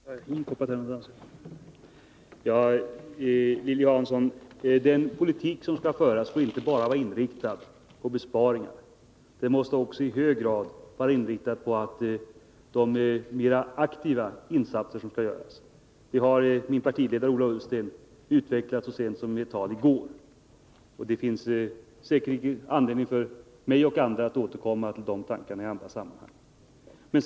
Herr talman! Ja, Lilly Hansson, den politik som skall föras får inte bara vara inriktad på besparingar, utan den måste i hög grad också vara präglad av 135 offensiva insatser. Detta har min partiledare, Ola Ullsten, utvecklat i ett tal så sent som i går. Det finns säkerligen anledning för mig och andra att återkomma till de tankarna i andra sammanhang.